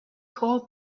called